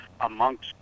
amongst